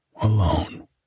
alone